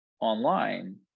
online